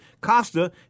Costa